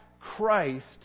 Christ